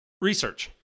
research